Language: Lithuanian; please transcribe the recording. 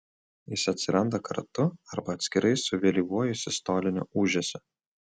jis atsiranda kartu arba atskirai su vėlyvuoju sistoliniu ūžesiu